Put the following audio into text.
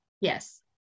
Yes